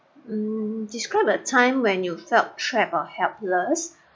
hmm describe a time when you felt trapped or helpless